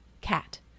cat